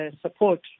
support